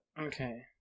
Okay